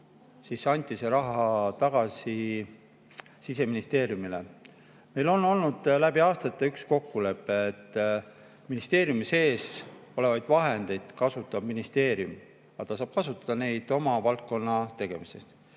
maha, anti see tagasi Siseministeeriumile. Meil on olnud läbi aastate kokkulepe, et ministeeriumi sees olevaid vahendeid kasutab ministeerium, aga ta saab kasutada neid oma valdkonna tegemistes.